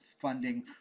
funding